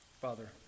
Father